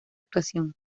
actuación